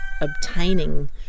obtaining